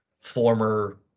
former